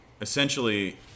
essentially